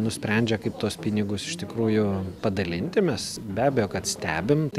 nusprendžia kaip tuos pinigus iš tikrųjų padalinti mes be abejo kad stebim